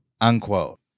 unquote